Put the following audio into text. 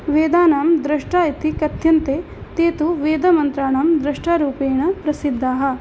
वेदानां द्रष्टारः इति कथ्यन्ते ते तु वेदमन्त्राणां द्रष्टृरूपेण प्रसिद्धाः